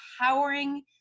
empowering